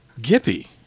Gippy